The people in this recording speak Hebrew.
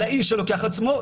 על האיש שלוקח על עצמו,